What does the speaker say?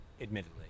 admittedly